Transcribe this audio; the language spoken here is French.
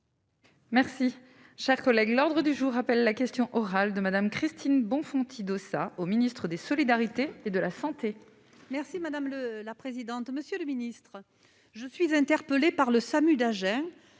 Merci, chers collègues, l'ordre du jour appelle la question orale de Madame Christine Bonfanti Dossat au ministre des solidarités et de la santé. Merci madame le la présidente, monsieur le ministre je suis interpellé par le SAMU d'un